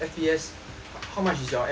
how much is your F_P_S